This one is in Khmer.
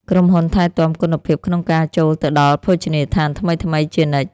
ក្រុមហ៊ុនថែទាំគុណភាពក្នុងការចូលទៅដល់ភោជនីយដ្ឋានថ្មីៗជានិច្ច។